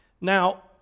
Now